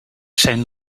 zijn